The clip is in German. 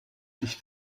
sich